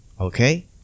okay